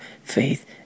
faith